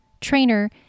trainer